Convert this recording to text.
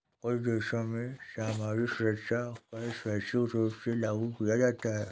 कुछ देशों में सामाजिक सुरक्षा कर स्वैच्छिक रूप से लागू किया जाता है